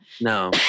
No